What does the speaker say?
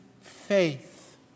faith